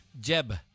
Jeb